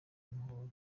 mahoro